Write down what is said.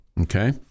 Okay